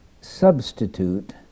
substitute